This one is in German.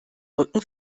rücken